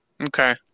Okay